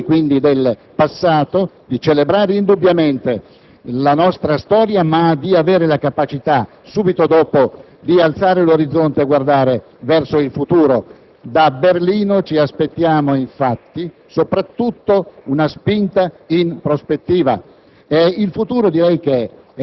fondò l'Europa e di chi la costruì, quindi del passato, di celebrare indubbiamente la nostra storia, ma di avere la capacità, subito dopo, di alzare l'orizzonte e guardare verso il futuro. Da Berlino ci aspettiamo, infatti, soprattutto una spinta in prospettiva